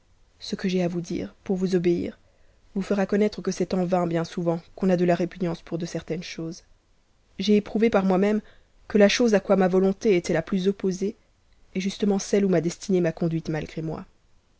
ce que j'ai à vous fin't p vous obéir vous fera connaître que c'est en vain bien souvent dtt'on a de la répugnance pour de certaines choses j'ai éprouvé par moimême que la chose à quoi ma volonté était la plus opposée est justement tftteou ma destinée m'a conduite malgré moi